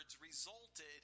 resulted